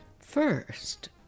First